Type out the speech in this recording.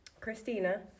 Christina